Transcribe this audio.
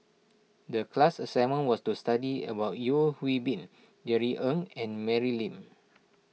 the class assignment was to study about Yeo Hwee Bin Jerry Ng and Mary Lim